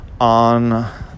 on